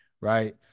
right